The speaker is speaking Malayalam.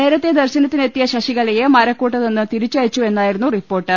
നേരത്തെ ദർശനത്തിനെത്തിയ ശശിക ലയെ മരക്കൂട്ടത്തുനിന്ന് തിരിച്ചയച്ചുവെന്നായിരുന്നു റിപ്പോർട്ട്